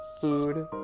food